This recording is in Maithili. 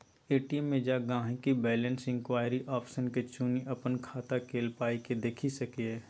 ए.टी.एम मे जा गांहिकी बैलैंस इंक्वायरी आप्शन के चुनि अपन खाता केल पाइकेँ देखि सकैए